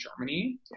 Germany